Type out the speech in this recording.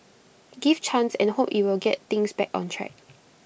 give chance and hope IT will get things back on track